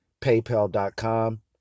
paypal.com